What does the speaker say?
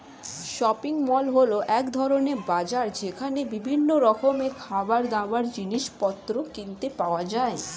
shopping mall হল এক ধরণের বাজার যেখানে বিভিন্ন রকমের খাবারদাবার, জিনিসপত্র কিনতে পাওয়া যায়